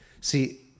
See